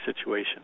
situation